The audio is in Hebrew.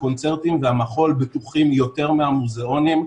הקונצרטים והמחול בטוחים יותר מהמוזיאונים,